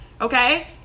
okay